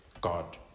God